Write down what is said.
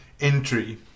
entry